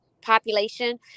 population